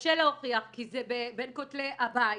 קשה להוכיח כי זה בין כתלי הבית